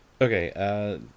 Okay